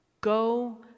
go